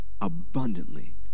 abundantly